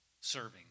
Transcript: serving